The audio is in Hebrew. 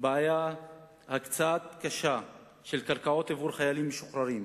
בעיה קשה של הקצאת קרקעות לחיילים המשוחררים,